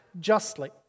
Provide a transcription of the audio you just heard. justly